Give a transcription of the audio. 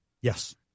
Yes